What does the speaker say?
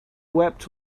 wept